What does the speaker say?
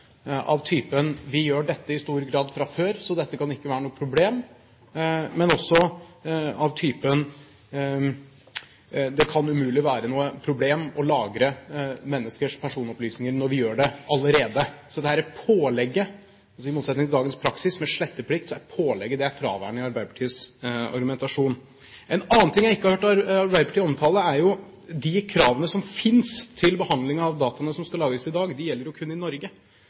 av typen: Vi gjør dette i stor grad fra før, så dette kan ikke være noe problem, men også av typen: Det kan umulig være noe problem å lagre menneskers personopplysninger når vi gjør det allerede. Så i motsetning til dagens praksis med sletteplikt er pålegget fraværende i Arbeiderpartiets argumentasjon. En annen ting jeg ikke har hørt Arbeiderpartiet omtale, er de kravene som finnes til behandling av dataene som skal lagres i dag. De gjelder jo kun i Norge.